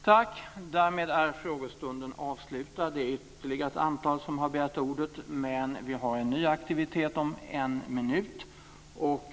Tack. Därmed är frågestunden avslutad. Det är ytterligare ett antal som har begärt ordet, men vi har en ny aktivitet om en minut.